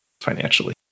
financially